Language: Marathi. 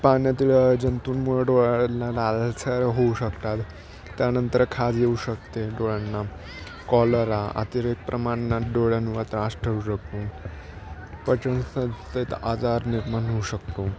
पाण्यातील जंतूंमुळं डोळ्यांना लासार होऊ शकतात त्यानंतर खाज येऊ शकते डोळ्यांना कॉलरा अतिरेक प्रमाणात डोळ्यांवर त्रास ठेवू शकतो पचन संस्थेचा आजार निर्माण होऊ शकतो